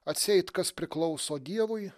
atseit kas priklauso dievui